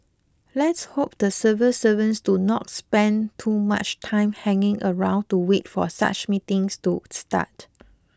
let's hope the civil servants do not spend too much time hanging around to wait for such meetings to start